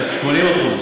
זה לא מדויק בכלל.